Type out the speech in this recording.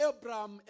Abraham